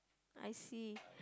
I see